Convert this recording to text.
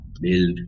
build